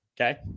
okay